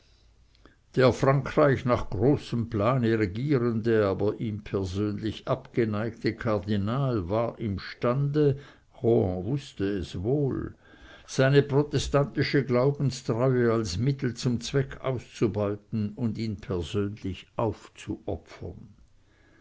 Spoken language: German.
der frankreich nach großem plane regierende aber ihm persönlich abgeneigte kardinal war imstande rohan wußte es wohl seine protestantische glaubenstreue als mittel zum zwecke auszubeuten und ihn persönlich aufzuopfern